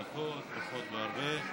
יש לנו שינוי קל בסדר-היום, רבותיי.